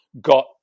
got